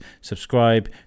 subscribe